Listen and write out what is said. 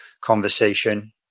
conversation